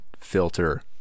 filter